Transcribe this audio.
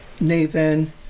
Nathan